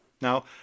Now